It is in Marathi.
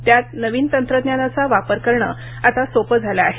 त्यात नवीन तंत्रज्ञानाचा वापर करणं आता सोपं झालं आहे